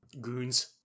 goons